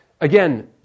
again